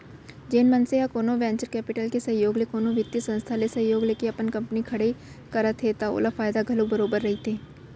जेन मनसे ह कोनो वेंचर कैपिटल के सहयोग ले कोनो बित्तीय संस्था ले सहयोग लेके कंपनी खड़े करत हे त ओला फायदा घलोक बरोबर रहिथे